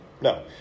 no